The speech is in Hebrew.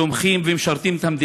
תומכים במדינה ומשרתים אותה,